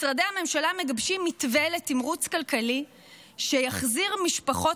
משרדי הממשלה מגבשים מתווה לתמרוץ כלכלי שיחזיר משפחות